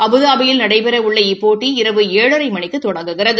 அபுதாபியில் நடைபெறவுள்ளப் இப்போட்டி இரவு ஏழரை மணிக்கு தொடங்குகிறது